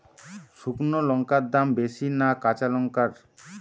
শুক্নো লঙ্কার দাম বেশি না কাঁচা লঙ্কার?